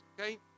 okay